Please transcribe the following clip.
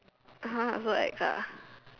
[aha] so ex ah